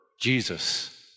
Jesus